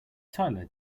tyler